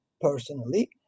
personally